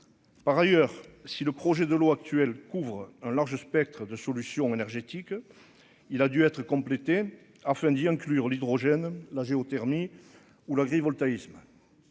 Par ailleurs, si le projet de loi actuelle couvre un large spectre de solutions énergétiques, il a dû être complétée afin d'y inclure l'hydrogène la géothermie ou l'agrivoltaïsme.